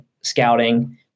scouting